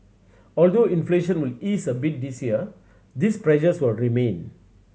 although inflation will ease a bit this year these pressures will remain